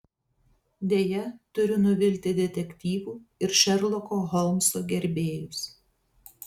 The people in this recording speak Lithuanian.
deja turiu nuvilti detektyvų ir šerloko holmso gerbėjus